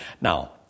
Now